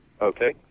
okay